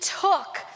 took